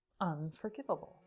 unforgivable